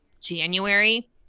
January